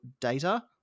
data